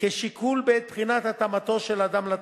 כשיקול בעת בחינת התאמתו של אדם לתפקיד,